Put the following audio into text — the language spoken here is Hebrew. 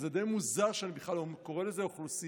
וזה די מוזר שאני בכלל קורא לזה "אוכלוסייה",